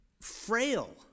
frail